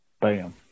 Bam